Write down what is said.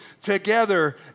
together